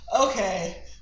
okay